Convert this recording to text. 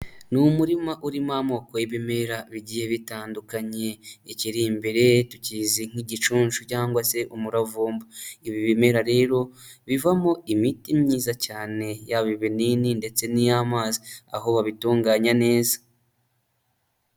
Ni umurima urimo amoko y'ibimera bigiye bitandukanye, ikiri imbere tukizi nk'igicunshu cyangwa se umuravumba, ibi bimera rero bivamo imiti myiza cyane yaba ibinini ndetse n'iy'amazi aho babitunganya neza.